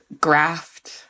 graft